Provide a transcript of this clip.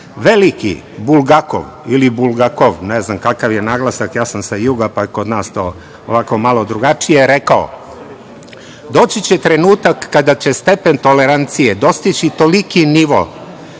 ili Bulgakov, ne znam kakav je naglasak, ja sam sa juga, pa je kod nas to ovako malo drugačije, je rekao: „Doći će trenutak kada će stepen tolerancije dostići toliki nivo